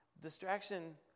distraction